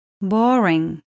boring